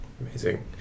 Amazing